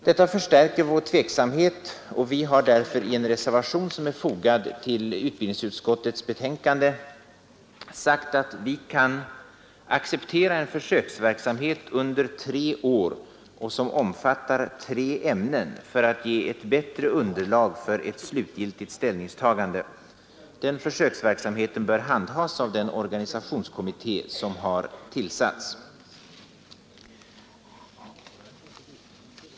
Detta förstärker alltså vår tveksamhet, och vi har därför i en reservation, som är fogad till utbildningsutskottets betänkande, sagt att vi kan acceptera en försöksverksamhet under tre år omfattande tre ämnen för att ge ett bättre underlag för ett slutgiltigt ställningstagande. Denna försöksverksamhet bör handhas av den organisationskommitté som har tillsatts.